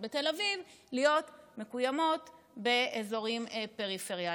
בתל אביב להיות מקוימות באזורים פריפריאליים.